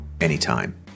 anytime